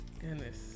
Goodness